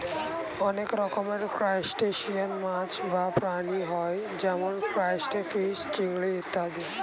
অনেক রকমের ক্রাস্টেশিয়ান মাছ বা প্রাণী হয় যেমন ক্রাইফিস, চিংড়ি ইত্যাদি